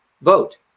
vote